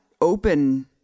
open